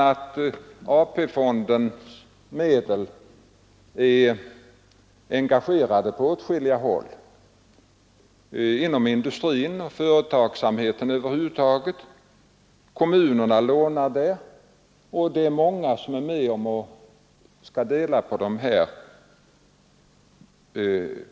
Jag tyckte särskilt att fröken Ljungberg här i diskussionen nästan med ängslan frågade sig: ”Hur skall vi kunna debattera här?